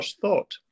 thought